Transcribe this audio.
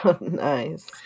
Nice